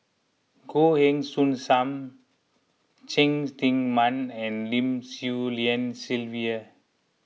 Goh Heng Soon Sam Cheng Tsang Man and Lim Swee Lian Sylvia